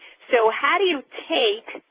so how do you take,